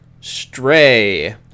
stray